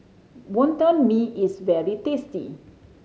Wonton Mee is very tasty